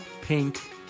pink